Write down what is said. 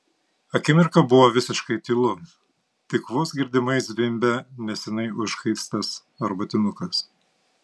akimirką buvo visiškai tylu tik vos girdimai zvimbė neseniai užkaistas arbatinukas